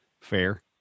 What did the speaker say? fair